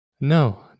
no